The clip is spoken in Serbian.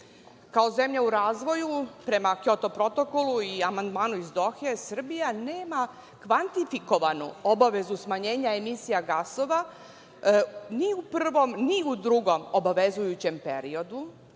zemalja u razvoju prema Kjoto protokolu i amandmanu iz Dohe Srbija nema kvantifikovanu obavezu smanjenja emisija gasova ni u prvom ni u drugom obavezujućem periodu,